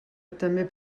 també